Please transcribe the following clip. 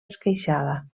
esqueixada